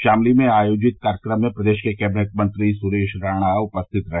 शामली में आयोजित कार्यक्रम में प्रदेश के कैबिनेट मंत्री सुरेश राणा उपस्थित रहे